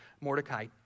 Mordecai